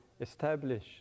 establish